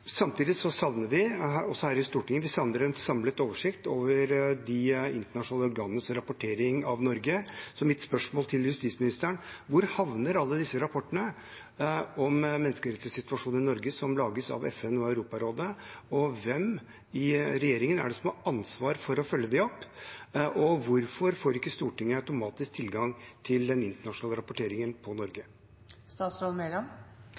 Samtidig savner vi, også her i Stortinget, en samlet oversikt over de internasjonale organenes rapportering av Norge, så mitt spørsmål til justisministeren er: Hvor havner alle disse rapportene om menneskerettighetssituasjonen i Norge som lages av FN og Europarådet? Hvem i regjeringen er det som har ansvar for å følge dem opp? Og hvorfor får ikke Stortinget automatisk tilgang til den internasjonale rapporteringen på